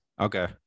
Okay